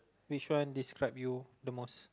which one describe you the most